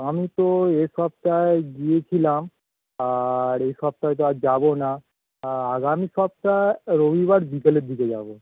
আমি তো এ সপ্তাহে গিয়েছিলাম আর এ সপ্তাহে তো আর যাবো না আগামী সপ্তাহে রবিবার বিকেলের দিকে যাবো